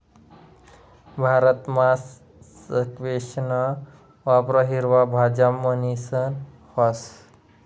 भारतमा स्क्वैशना वापर हिरवा भाज्या म्हणीसन व्हस